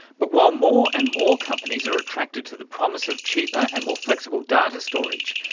but while more and more companies are attracted to the promise of cheaper and more flexible data storage,